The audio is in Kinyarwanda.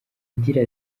agira